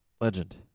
Legend